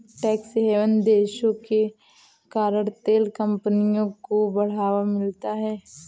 tax haven देशों के कारण तेल कंपनियों को बढ़ावा मिलता है